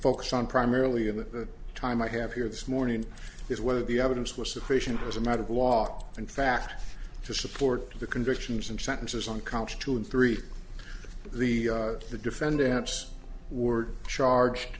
focus on primarily in the time i have here this morning is whether the evidence was sufficient as a matter of law and facts to support the convictions and sentences on counts two and three the the defendants were charged